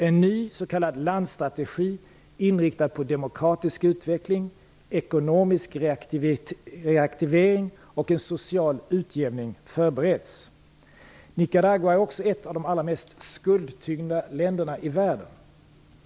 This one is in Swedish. En ny s.k. landstrategi inriktad på demokratisk utveckling, ekonomisk reaktivering och social utjämning förbereds. Nicaragua är också ett av de allra mest skuldtyngda länderna i världen.